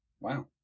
Wow